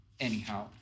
anyhow